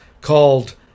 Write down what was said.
called